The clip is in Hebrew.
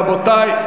רבותי,